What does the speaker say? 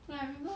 oh ya I remember